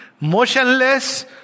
motionless